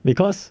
because